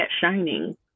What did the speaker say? shining